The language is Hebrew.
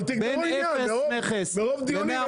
אבל תגמרו עניין, מרוב דיונים אין כלום.